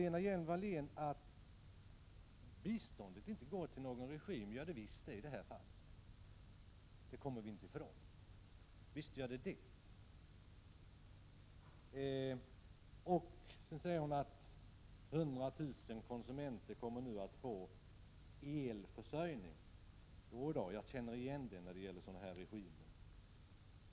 Lena Hjelm-Wallén säger att biståndet inte går till någon regim. Det gör det visst i det här fallet — det kommer vi inte ifrån. Lena Hjelm-Wallén säger vidare att 100 000 konsumenter nu kommer att få elförsörjning. Jo då, jag känner igen det här resonemanget.